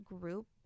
group